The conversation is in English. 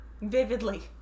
Vividly